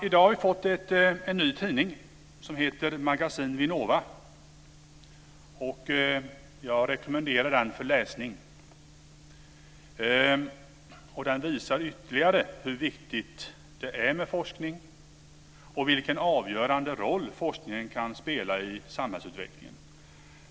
I dag har vi fått en ny tidning som heter Magasin Vinnova. Jag rekommenderar den för läsning. Den visar ytterligare hur viktigt det är med forskning och vilken avgörande roll forskningen kan spela i samhällsutvecklingen.